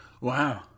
Wow